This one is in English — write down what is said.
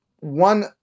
one